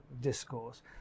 discourse